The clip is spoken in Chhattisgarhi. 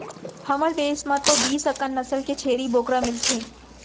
हमर देस म तो बीस अकन नसल के छेरी बोकरा मिलथे